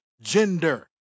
gender